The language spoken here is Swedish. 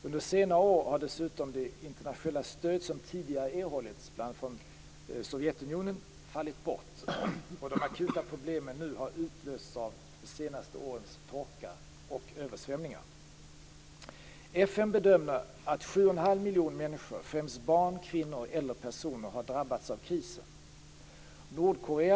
Under senare år har dessutom det internationella stöd som tidigare erhållits, framför allt från Sovjetunionen, fallit bort. De akuta problemen nu har utlösts av de senaste årens torka och översvämningar. FN bedömer att 7 1⁄2 miljon människor, främst barn, kvinnor och äldre personer, har drabbats av krisen.